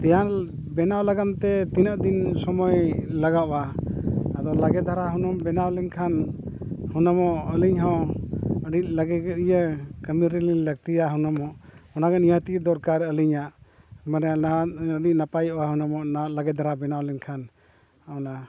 ᱛᱮᱭᱟᱱ ᱵᱮᱱᱟᱣ ᱞᱟᱹᱜᱤᱫᱼᱛᱮ ᱛᱤᱱᱟᱹᱜ ᱫᱤᱱ ᱥᱚᱢᱚᱭ ᱞᱟᱜᱟᱜᱼᱟ ᱟᱫᱚ ᱞᱟᱜᱮ ᱫᱷᱟᱨᱟ ᱦᱩᱱᱟᱝ ᱵᱮᱱᱟᱣ ᱞᱮᱱᱠᱷᱟᱱ ᱦᱩᱱᱟᱝ ᱟᱹᱞᱤᱧᱦᱚᱸ ᱟᱹᱰᱤ ᱞᱟᱜᱮ ᱤᱭᱟᱹ ᱠᱟᱹᱢᱤ ᱨᱮᱞᱤᱧ ᱞᱟᱹᱠᱛᱤᱭᱟ ᱦᱩᱱᱟᱝ ᱚᱱᱟᱜᱮ ᱱᱤᱦᱟᱹᱛᱤᱜᱮ ᱫᱚᱨᱠᱟᱨ ᱟᱹᱞᱤᱧᱟᱜ ᱢᱟᱱᱮ ᱟᱹᱰᱤ ᱱᱟᱯᱟᱭᱚᱜᱼᱟ ᱦᱩᱱᱟᱹᱝ ᱚᱱᱟ ᱞᱟᱜᱮ ᱫᱷᱟᱨᱟ ᱵᱮᱱᱟᱣ ᱞᱮᱱᱠᱷᱟᱱ ᱚᱱᱟ